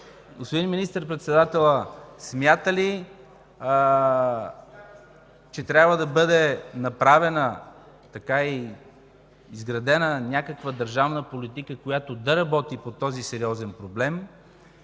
господин Министър-председателят смята ли, че трябва да бъде направена и изградена някаква държавна политика, която да работи по този сериозен проблем?